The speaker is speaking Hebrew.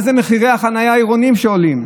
מה זה מחירי החניה העירונית שעולים?